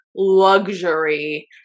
luxury